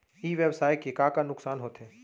ई व्यवसाय के का का नुक़सान होथे?